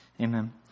Amen